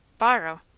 borrow!